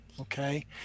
Okay